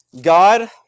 God